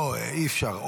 לא, אי-אפשר.